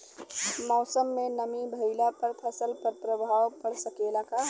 मौसम में नमी भइला पर फसल पर प्रभाव पड़ सकेला का?